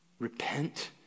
Repent